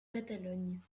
catalogne